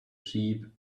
sheep